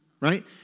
Right